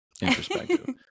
introspective